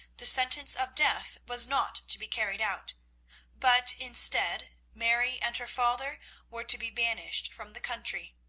the sentence of death was not to be carried out but instead, mary and her father were to be banished from the country,